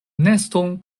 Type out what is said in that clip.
neston